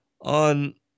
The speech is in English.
on